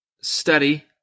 study